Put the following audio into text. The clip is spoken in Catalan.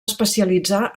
especialitzar